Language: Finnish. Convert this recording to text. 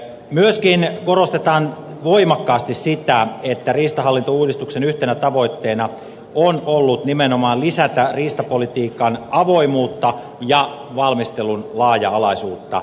myöskin korostetaan voimakkaasti sitä että riistahallintouudistuksen yhtenä tavoitteena on ollut nimenomaan lisätä riistapolitiikan avoimuutta ja valmistelun laaja alaisuutta